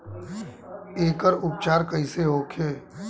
एकर उपचार कईसे होखे?